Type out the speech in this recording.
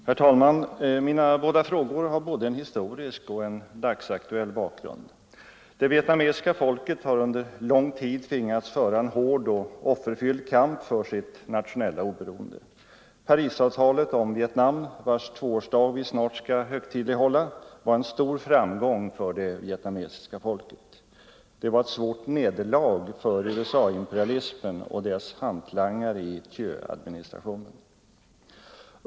Herr talman! Mina två frågor har både en historisk och en dagsaktuell bakgrund. Det vietnamesiska folket har under lång tid tvingats föra en hård och offerfylld kamp för sitt nationella oberoende. Parisavtalet om Vietnam — vars tvåårsdag vi snart skall högtidlighålla — var en stor framgång för det vietnamesiska folket. Det var ett svårt nederlag för USA-imperialismen och dess hantlangare i Thieuadministrationen.